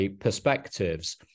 perspectives